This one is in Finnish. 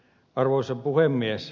arvoisa puhemies